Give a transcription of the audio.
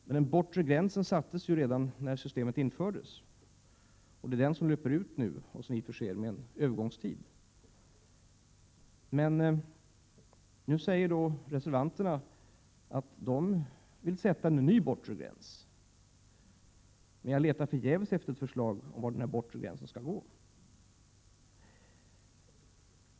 Men denna bortre gräns sattes ju redan när systemet infördes, och det är den som nu löper ut och som vi förser med en övergångstid. Reservanterna säger att de vill sätta en ny bortre gräns. Jag letar emellertid förgäves efter ett förslag om var denna bortre gräns skall gå.